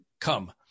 come